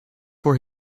for